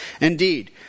Indeed